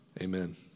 Amen